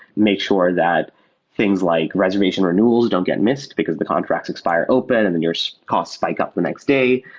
make sure that things like reservation renewals don't get missed, because the contracts expire open and then your so cost spike up the next day.